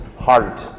heart